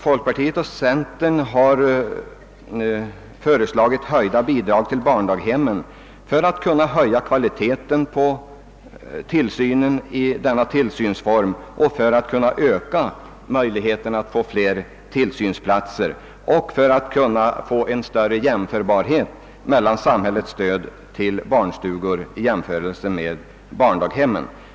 Folkpartiet och centerpartiet har föreslagit höjda bidrag till familjedaghemmen för att man skall kunna höja kvaliteten på tillsynen i denna tillsynsform, öka möjligheterna att få fler tillsynsplatser samt få en bättre jämlikhet mellan samhällets stöd till barnstugorna och till familjedaghemmen.